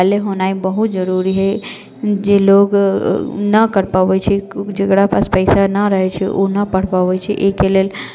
होनाइ बहुत जरूरी हइ जे लोग नहि करि पबै छै जकरा पास पैसा नहि रहै छै उ नहि पढ़ि पबै छै एहिके लेल